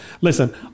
listen